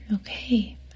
Okay